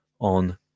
on